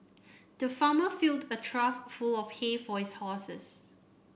the farmer filled a trough full of hay for his horses